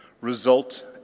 result